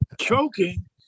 Choking